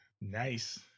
Nice